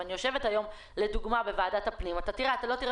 אני יושבת היום לדוגמה בוועדת הפנים אבל כאן אתה לא תראה